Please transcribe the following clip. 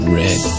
red